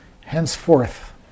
henceforth